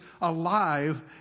alive